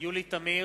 יולי תמיר,